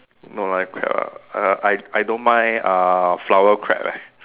no live crab ah err I I don't mind uh flower crab eh